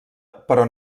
però